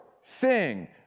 sing